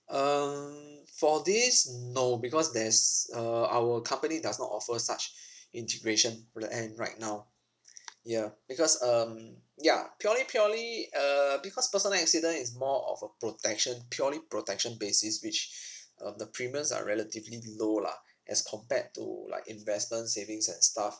um for this no because there's uh our company does not offer such integration plan right now yeah because um ya purely purely uh because personal accident is more of a protection purely protection basis which um the premiums are relatively low lah as compared to like investment savings and stuff